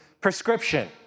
prescription